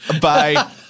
Bye